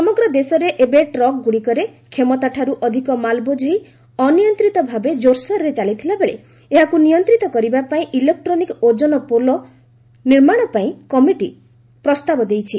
ସମଗ୍ର ଦେଶରେ ଏବେ ଟ୍ରକ୍ ଗୁଡ଼ିକରେ କ୍ଷମତାଠାରୁ ଅଧିକ ମାଲ୍ ବୋଝେଇ ଅନିୟନ୍ତିତ ଭାବେ ଜୋର୍ସୋର୍ରେ ଚାଲିଥିବାବେଳେ ଏହାକୁ ନିୟନ୍ତିତ କରିବା ପାଇଁ ଇଲେକ୍ଟ୍ରୋନିକ୍ ଓଜନ ପୋଲ ନିର୍ମାଣ ପାଇଁ କମିଟି ପ୍ରସ୍ତାବ ଦେଇଛି